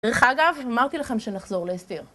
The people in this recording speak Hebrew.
דרך אגב, אמרתי לכם שנחזור להסביר.